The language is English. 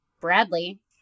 Bradley